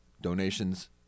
donations